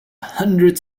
hundred